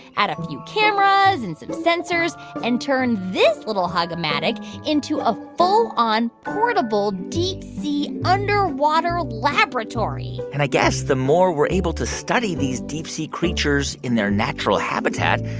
add a few cameras and some sensors and turn this little hug-o-matic into a full-on portable, deep-sea, underwater laboratory and i guess the more we're able to study these deep-sea creatures in their natural habitat,